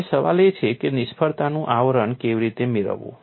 હવે સવાલ એ છે કે નિષ્ફળતાનું આવરણ કેવી રીતે મેળવવું